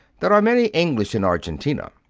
there are many english in argentina.